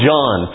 John